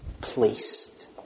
placed